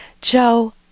Joe